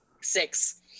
Six